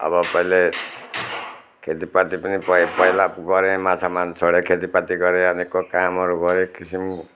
अब कहिले खेतीपाती पनि पहिला गरेँ माछा मार्नु छोडेँ खेतीपाती गरेँ अनिको कामहरू गरेँ किसिम